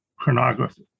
chronography